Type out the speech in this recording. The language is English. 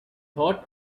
thought